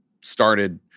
started